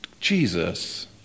Jesus